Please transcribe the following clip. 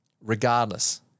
Regardless